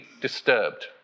disturbed